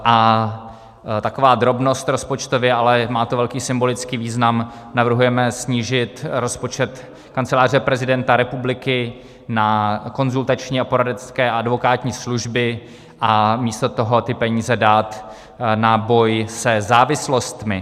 A taková drobnost rozpočtově, ale má to velký symbolický význam navrhujeme snížit rozpočet Kanceláře prezidenta republiky na konzultační, poradenské a advokátní služby a místo toho ty peníze dát na boj se závislostmi.